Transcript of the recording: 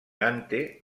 dante